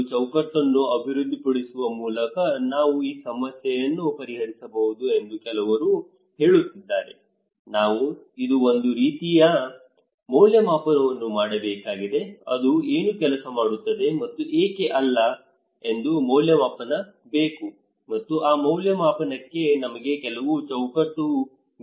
ಒಂದು ಚೌಕಟ್ಟನ್ನು ಅಭಿವೃದ್ಧಿಪಡಿಸುವ ಮೂಲಕ ನಾವು ಈ ಸಮಸ್ಯೆಯನ್ನು ಪರಿಹರಿಸಬಹುದು ಎಂದು ಕೆಲವರು ಹೇಳುತ್ತಿದ್ದಾರೆ ನಾವು ಒಂದು ರೀತಿಯ ಮೌಲ್ಯಮಾಪನವನ್ನು ಮಾಡಬೇಕಾಗಿದೆ ಅದು ಏನು ಕೆಲಸ ಮಾಡುತ್ತದೆ ಮತ್ತು ಏಕೆ ಅಲ್ಲ ಎಂದು ಮೌಲ್ಯಮಾಪನ ಬೇಕು ಮತ್ತು ಆ ಮೌಲ್ಯಮಾಪನಕ್ಕೆ ನಮಗೆ ಕೆಲವು ಚೌಕಟ್ಟು ಬೇಕು